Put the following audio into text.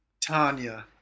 Tanya